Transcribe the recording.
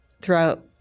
throughout